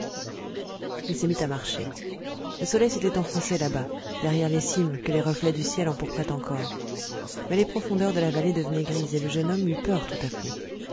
il se remit à marcher le soleil s'était enfoncé là-bas derrière les cimes que les reflets du ciel empourpraient encore mais les profondeurs de la vallée devenaient grises et le jeune homme eut peur tout à coup